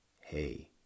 hey